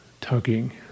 tugging